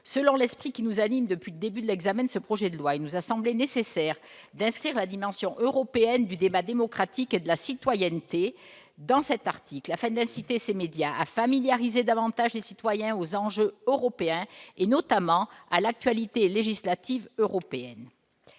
Selon l'esprit qui nous anime depuis le début de l'examen de ce projet de loi, il nous a semblé nécessaire d'inscrire la dimension européenne du débat démocratique et de la citoyenneté dans cet article, afin d'inciter ces médias à familiariser davantage les citoyens aux enjeux européens, notamment à l'actualité législative européenne.